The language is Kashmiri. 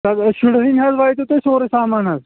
چَلو شُر ہٲیمہِ حظ واتوٕ تۄہہِ سورُے سامان حظ